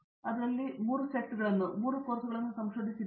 ಅದರಲ್ಲಿ ನಾವು ಮೂರು ಸೆಟ್ಗಳನ್ನು ಮೂರು ಕೋರ್ಸ್ಗಳನ್ನು ಸಂಶೋಧಿಸಿದ್ದೇವೆ